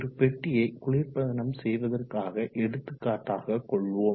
ஒரு பெட்டியை குளிர்பதனம் செய்வதற்காக எடுத்துக்காட்டாக கொள்வோம்